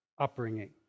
upbringing